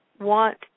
want